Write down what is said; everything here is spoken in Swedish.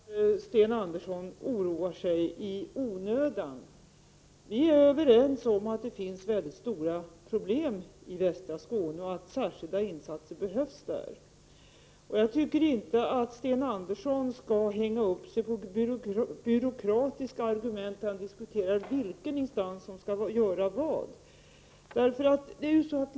Fru talman! Jag upprepar att Sten Andersson i Malmö oroar sig i onödan. Vi är överens om att det finns mycket stora problem i västra Skåne och att det där behövs särskilda insatser. Jag tycker inte att Sten Andersson skall hänga upp sig på byråkratiska argument i diskussionen om vilken instans som skall göra vad.